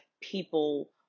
people